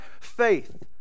faith